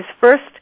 first